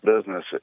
business